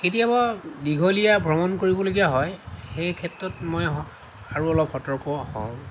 কেতিয়াবা দীঘলীয়া ভ্ৰমণ কৰিবলগীয়া হয় সেই ক্ষেত্ৰত মই আৰু অলপ সতৰ্ক হওঁ